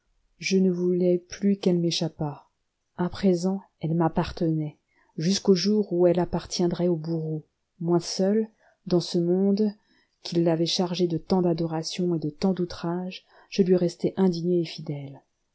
je ne voulais plus qu'elle m'échappât à présent elle m'appartenait jusqu'au jour où elle appartiendrait au bourreau moi seul dans ce monde qui l'avait chargée de tant d'adorations et de tant d'outrages je lui restais indigné et fidèle